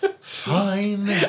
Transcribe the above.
fine